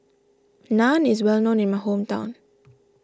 Naan is well known in my hometown